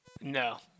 no